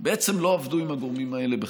לא עבדו עם הגורמים האלה בכלל,